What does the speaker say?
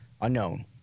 unknown